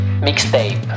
Mixtape